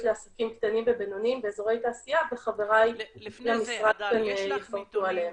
לעסקים קטנים ובינוניים באזורי תעשייה וחבריי למשרד כאן יפרטו עליהם.